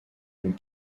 une